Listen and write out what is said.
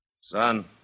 Son